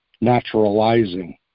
naturalizing